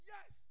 Yes